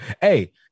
Hey